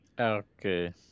Okay